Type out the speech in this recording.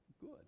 good